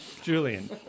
Julian